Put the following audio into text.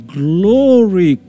glory